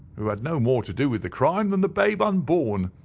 who had no more to do with the crime than the babe unborn.